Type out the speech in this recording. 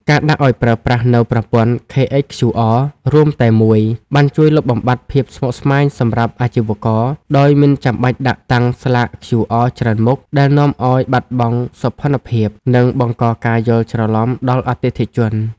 ការដាក់ឱ្យប្រើប្រាស់នូវប្រព័ន្ធ KHQR រួមតែមួយ បានជួយលុបបំបាត់ភាពស្មុគស្មាញសម្រាប់អាជីវករ ដោយមិនចាំបាច់ដាក់តាំងស្លាក QR ច្រើនមុខ ដែលនាំឱ្យបាត់បង់សោភ័ណភាព និងបង្កការយល់ច្រឡំដល់អតិថិជន។